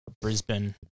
Brisbane